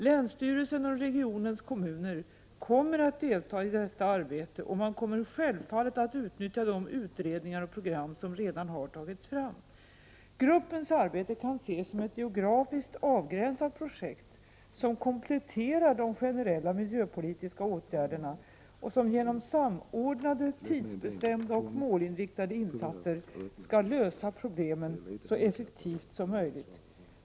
Länsstyrelsen och regionens 79 kommuner kommer att delta i detta arbete, och man kommer självfallet att utnyttja de utredningar och program som redan har tagits fram. Gruppens arbete kan ses som ett geografiskt avgränsat projekt som kompletterar de generella miljöpolitiska åtgärderna och som genom samordnade, tidsbestämda och målinriktade insatser skall lösa problemen så effektivt som möjligt.